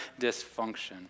dysfunction